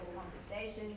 conversation